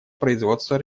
производство